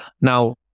Now